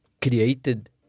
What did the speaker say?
created